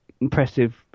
impressive